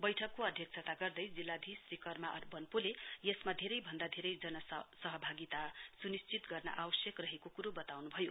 बैठकको अध्यक्षता गर्दै जिल्लाधीश श्री कर्मा आर वन्पोले यसमा धेरै जनसभागिता सुनिश्चित गर्न आवश्यक रहेको क्रो बताउनुभयो